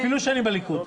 אפילו שאני בליכוד?